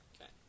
Okay